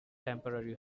temporary